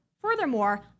Furthermore